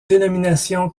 dénominations